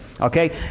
okay